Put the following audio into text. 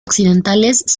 occidentales